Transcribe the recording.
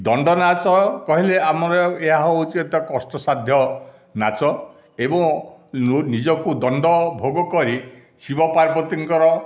ଦଣ୍ଡନାଚ କହିଲେ ଆମର ଏହା ହେଉଛି ଏକ କଷ୍ଟସାଧ୍ୟ ନାଚ ଏବଂ ନିଜକୁ ଦଣ୍ଡ ଭୋଗକରି ଶିବପାର୍ବତୀଙ୍କର